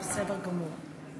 בסדר גמור.